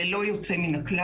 ללא יוצא מן הכלל.